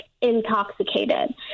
intoxicated